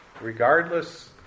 Regardless